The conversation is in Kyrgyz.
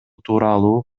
тууралуу